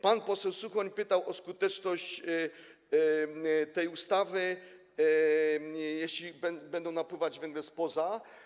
Pan poseł Suchoń pytał o skuteczność tej ustawy, jeśli będzie napływać węgiel spoza.